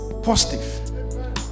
Positive